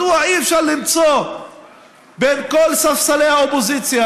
מדוע אי-אפשר למצוא בין כל ספסלי הקואליציה,